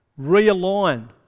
Realign